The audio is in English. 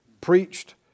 Preached